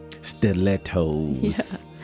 stilettos